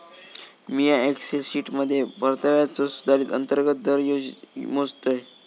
मिया एक्सेल शीटमध्ये परताव्याचो सुधारित अंतर्गत दर मोजतय